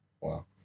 Wow